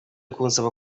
kunsaba